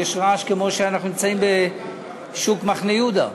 יש רעש כמו כשאנחנו נמצאים בשוק מחנה-יהודה,